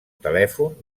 telèfon